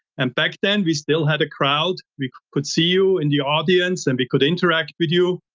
and back then we still had a crowd. we could see you in the audience and we could interact with you.